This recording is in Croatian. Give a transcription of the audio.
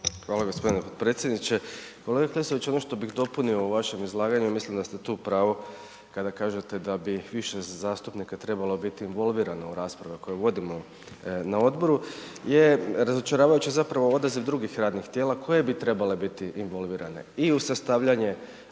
Hvala g. potpredsjedniče. Kolega Klisović, ono što bih dopunio u vašem izlaganju, ja mislim da ste tu u pravu kada kažete da bi više zastupnika trebalo biti involvirano u rasprave koje vodimo na odboru je razočaravajuće zapravo odraziv drugih radnih tijela koje bi trebale biti involvirane i u sastavljanje